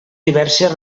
diverses